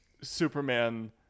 Superman